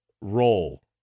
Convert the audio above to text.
roll